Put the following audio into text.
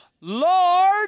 Lord